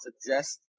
suggest